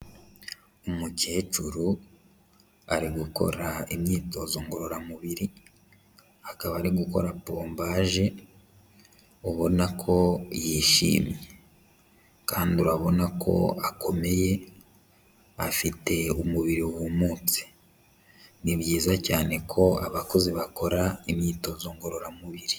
Umukecuru ari gukora imyitozo ngororamubiri, akaba ari gukora pompaje ubona ko yishimye, kandi urabona ko akomeye afite umubiri wumutse. Ni byiza cyane ko abakuze bakora imyitozo ngororamubiri.